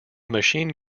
machine